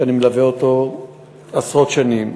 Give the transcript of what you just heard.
ואני מלווה אותו עשרות שנים.